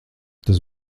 tas